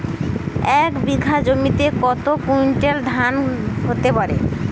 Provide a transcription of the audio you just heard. এক বিঘা জমিতে কত কুইন্টাল ধান হতে পারে?